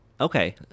okay